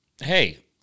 hey